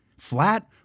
Flat